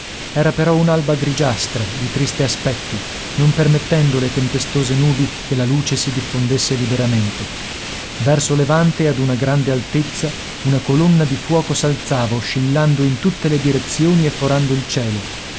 era però un'alba grigiastra di triste aspetto non permettendo le tempestose nubi che la luce si diffondesse liberamente verso levante ad una grande altezza una colonna di fuoco s'alzava oscillando in tutte le direzioni e forando il cielo